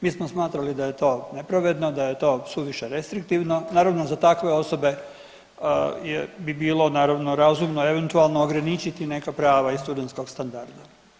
Mi smo smatrali da je to nepravedno, da je to suviše restriktivno, naravno za takve osobe bi bilo razumno eventualno ograničiti neka prava iz studentskog standarda.